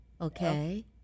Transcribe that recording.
Okay